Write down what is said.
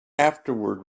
afterward